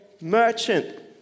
merchant